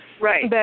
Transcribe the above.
Right